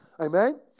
Amen